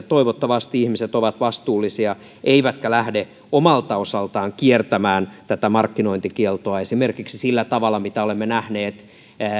toivottavasti ihmiset ovat vastuullisia eivätkä lähde omalta osaltaan kiertämään tätä markkinointikieltoa esimerkiksi sillä tavalla mitä olemme nähneet